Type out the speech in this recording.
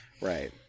Right